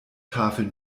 tafel